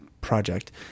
project